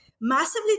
massively